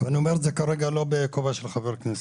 ואני אומר את זה כרגע לא בכובע של חבר כנסת,